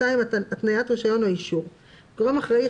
התניית רישיון או אישור 32. גורם אחראי,